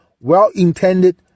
well-intended